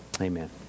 Amen